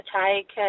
take